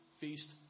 feast